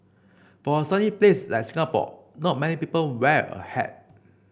for a sunny place like Singapore not many people wear a hat